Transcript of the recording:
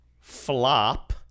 flop